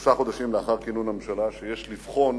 שלושה חודשים לאחר כינון הממשלה, שיש לבחון